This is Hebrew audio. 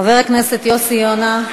חבר הכנסת יוסי יונה,